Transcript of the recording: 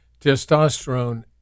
testosterone